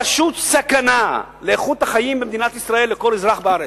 זה פשוט סכנה לאיכות החיים של כל אזרח בארץ,